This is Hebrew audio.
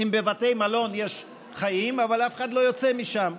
אם בבתי מלון יש חיים אבל אף אחד לא יוצא משם?